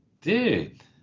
dude